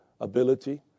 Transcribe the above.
ability